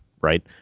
right